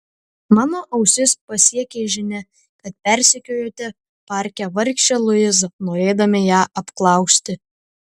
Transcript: mano ausis pasiekė žinia kad persekiojote parke vargšę luizą norėdami ją apklausti